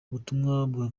ubutungane